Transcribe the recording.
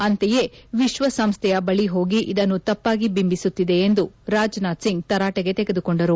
ಅಂತೆಯೇ ವಿಶ್ವಸಂಸ್ನೆಯ ಬಳಿ ಹೋಗಿ ಇದನ್ನು ತಪ್ಪಾಗಿ ಬಿಂಬಿಸುತ್ತಿದೆ ಎಂದು ರಾಜನಾಥ್ಸಿಂಗ್ ತರಾಟೆಗೆ ತೆಗೆದುಕೊಂಡರು